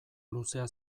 luzea